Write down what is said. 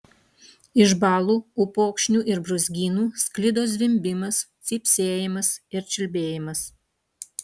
iš balų upokšnių ir brūzgynų sklido zvimbimas cypsėjimas ir čiulbėjimas